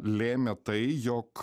lėmė tai jog